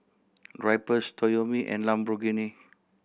Drypers Toyomi and Lamborghini